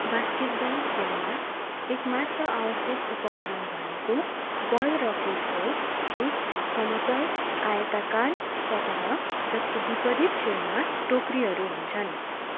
basketball खेलमा एक मात्र आवश्यक उपकरण भनेको बल र कोर्ट हो एक समतल आयताकार सतह जसको विपरीत छेउमा टोकरीहरू हुन्छन्